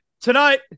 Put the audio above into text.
tonight